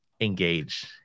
engage